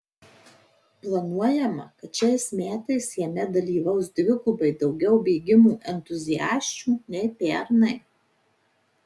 planuojama kad šiais metais jame dalyvaus dvigubai daugiau bėgimo entuziasčių nei pernai